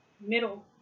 middle